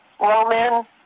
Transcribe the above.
Roman